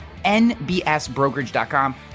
nbsbrokerage.com